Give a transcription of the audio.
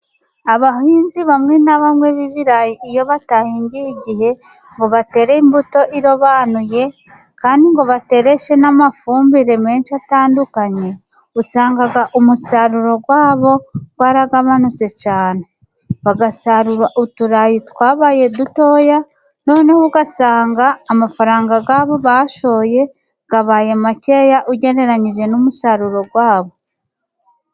Abahinzi bamwe na bamwe b'ibirayi iyo batahingiye igihe ngo batere imbuto irobanuye, kandi ngo batereshe n'amafumbire menshi atandukanye, usanga umusaruro wabo waragabanutse cyane. Bagasarura uturayi twabaye dutoya, noneho ugasanga amafaranga yabo bashoye abaye makeya, ugereranyije n'umusaruro wabo.